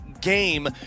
game